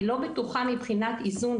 אני לא בטוחה מבחינת איזון,